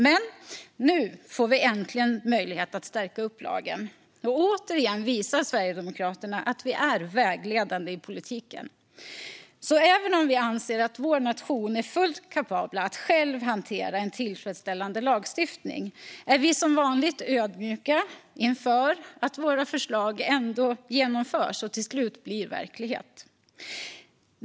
Men nu får vi äntligen möjlighet att stärka upp lagen. Återigen visar Sverigedemokraterna att vi är vägledande i politiken. Även om vi anser att vår nation är fullt kapabel att själv hantera en tillfredsställande lagstiftning är vi som vanligt ödmjuka inför att våra förslag ändå genomförs och till slut blir verklighet.